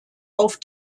auf